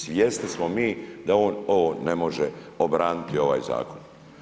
Svjesni smo mi da je on ovo ne može obraniti ovaj Zakon.